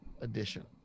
edition